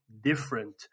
different